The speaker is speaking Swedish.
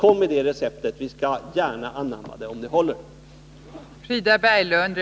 Kom med det receptet — vi skall gärna anamma det, om det håller.